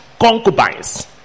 concubines